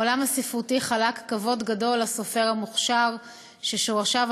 העולם הספרותי חלק כבוד גדול לסופר המוכשר ששורשיו